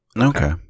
okay